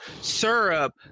syrup